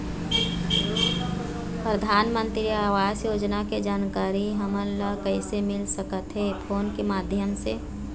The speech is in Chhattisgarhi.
परधानमंतरी आवास योजना के जानकारी हमन ला कइसे मिल सकत हे, फोन के माध्यम से?